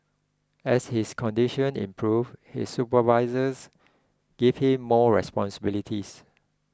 as his condition improved his supervisors gave him more responsibilities